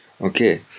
Okay